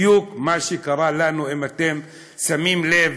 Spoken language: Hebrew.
בדיוק מה שקרה לנו, אם אתם שמים לב,